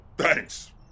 Thanks